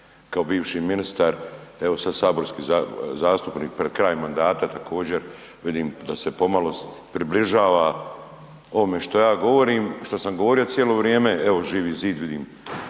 kao bivši ministar, evo sada saborski zastupnik pred kraj mandata također vidim da se pomalo približava ovome što ja govorim, što sam govorio cijelo vrijeme. Evo Živi zid vidim